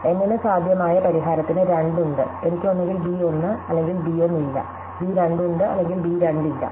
N ന് സാധ്യമായ പരിഹാരത്തിന് 2 ഉണ്ട് എനിക്ക് ഒന്നുകിൽ ബി 1 അല്ലെങ്കിൽ ബി 1 ഇല്ല ബി 2 ഉണ്ട് അല്ലെങ്കിൽ ബി 2 ഇല്ല